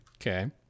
Okay